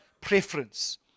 preference